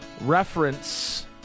reference